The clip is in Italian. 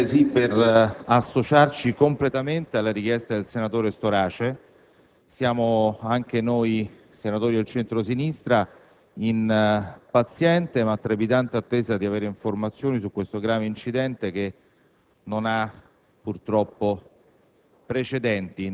Presidente, ci associamo pienamente alla richiesta del senatore Storace. Anche noi senatori del centro-sinistra siamo in paziente, ma trepidante attesa di avere informazioni su questo grave incidente che non ha precedenti